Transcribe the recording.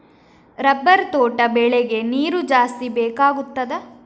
Rubber ತೋಟ ಬೆಳೆಗೆ ನೀರು ಜಾಸ್ತಿ ಬೇಕಾಗುತ್ತದಾ?